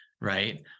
right